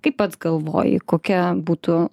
kaip pats galvoji kokia būtų